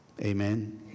Amen